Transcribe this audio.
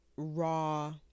raw